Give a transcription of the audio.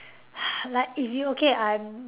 like if you okay I'm